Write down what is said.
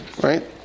right